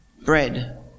bread